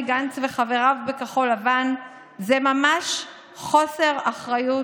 גנץ וחבריו בכחול לבן זה ממש חוסר אחריות,